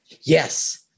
Yes